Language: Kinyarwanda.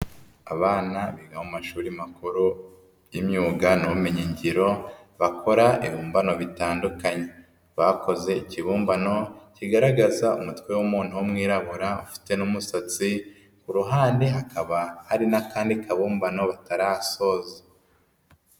Abana biga mu mashuri makuru y'imyuga n'ubumenyingiro bakora ibimbano bitandukanye, bakoze ikibumbano kigaragaza umutwe w'umuntu w'umwirabura ufite n'umusatsi, ku ruhande hakaba hari n'akandi kabumbano batarasoza.